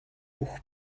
бүх